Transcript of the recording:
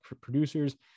producers